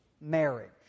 marriage